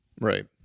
Right